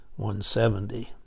170